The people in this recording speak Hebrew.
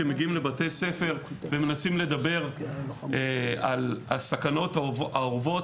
שמגיעים לבתי ספר ומנסים לדבר על הסכנות האורבות,